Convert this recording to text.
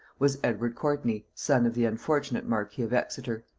was edward courtney, son of the unfortunate marquis of exeter.